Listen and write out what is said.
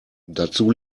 dazu